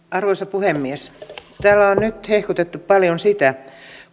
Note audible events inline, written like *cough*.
*unintelligible* arvoisa puhemies täällä on nyt hehkutettu paljon sitä